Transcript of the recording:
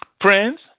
friends